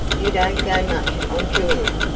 you don't go much on jewelry,